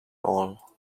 all